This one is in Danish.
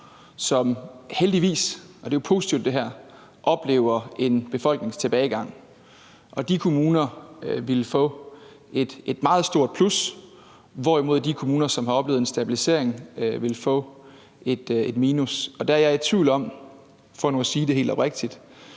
som – heldigvis, og det er jo positivt – oplever en befolkningstilbagegang. Og de kommuner ville få et meget stort plus, hvorimod de kommuner, som har oplevet en stabilisering, ville få et minus. Der er jeg i tvivl om, for nu at sige det helt oprigtigt,